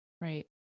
Right